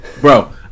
Bro